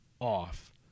off